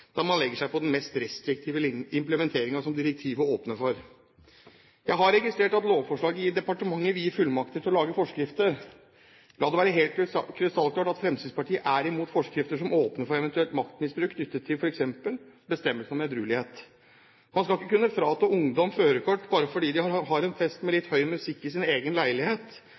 der man legger seg på den mest restriktive gyldighetstiden som direktivet åpner for. Jeg har registrert at departementet i lovforslaget vil gi fullmakter til å lage forskrifter. La det være helt krystallklart at Fremskrittspartiet er imot forskrifter som åpner for eventuelt maktmisbruk knyttet til f.eks. bestemmelsen om edruelighet. Man skal ikke kunne frata ungdom førerkort bare fordi de har en fest med litt høy musikk i sin egen leilighet,